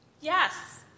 Yes